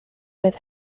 with